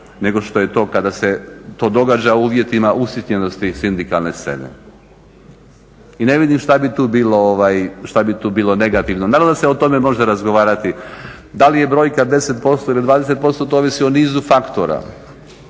nego što je to kada se to događa u uvjetima usitnjenosti sindikalne scene. I ne vidim šta bi tu bilo negativno. Naravno da se o tome može razgovarati. Da li je brojka 10% ili 20% to ovisi o nizu faktora,